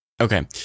Okay